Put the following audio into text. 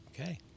Okay